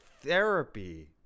therapy